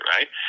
Right